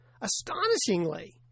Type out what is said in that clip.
Astonishingly